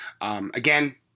Again